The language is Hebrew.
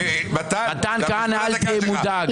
מתן כהנא, אל תהיה מודאג.